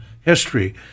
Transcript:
history